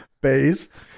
Based